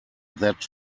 that